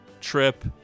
trip